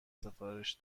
سفارش